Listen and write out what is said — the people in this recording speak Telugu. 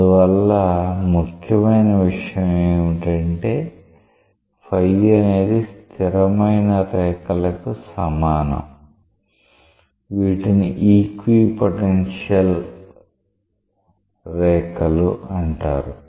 అందువల్ల ముఖ్యమైన విషయం ఏమిటంటే అనేది స్థిరమైన రేఖలకు సమానం వీటిని ఈక్విపోటెన్షియల్ రేఖలు అంటారు